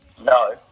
No